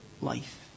life